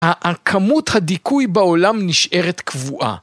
הכמות הדיכוי בעולם נשארת קבועה.